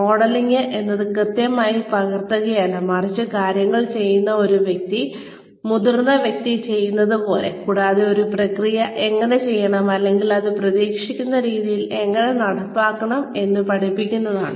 modelling എന്നത് കൃത്യമായി പകർത്തുകയല്ല മറിച്ച് കാര്യങ്ങൾ ചെയ്യുന്ന ഒരു മുതിർന്ന വ്യക്തി ചെയ്യുന്നതുപോലെ കൂടാതെ ഒരു പ്രക്രിയ എങ്ങനെ ചെയ്യണം അല്ലെങ്കിൽ അത് പ്രതീക്ഷിക്കുന്ന രീതിയിൽ എങ്ങനെ നടപ്പിലാക്കണം എന്ന് പഠിക്കുന്നതാണ്